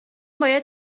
باید